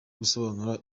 gusobanura